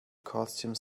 costume